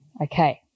Okay